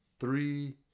Three